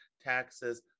taxes